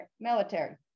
Military